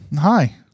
Hi